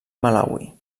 malawi